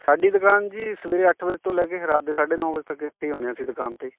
ਸਾਡੀ ਦੁਕਾਨ ਜੀ ਸਵੇਰੇ ਅੱਠ ਵਜੇ ਤੋਂ ਲੈ ਕੇ ਰਾਤ ਦੇ ਸਾਢੇ ਨੌ ਵਜੇ ਤੱਕ ਇੱਥੇ ਹੀ ਹੁੰਦੇ ਹਾਂ ਅਸੀਂ ਦੁਕਾਨ 'ਤੇ